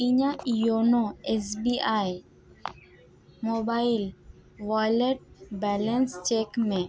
ᱤᱧᱟᱹᱜ YONO S B I mobile wallet ᱨᱮ balance check ᱢᱮ